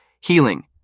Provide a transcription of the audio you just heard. Healing